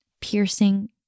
piercing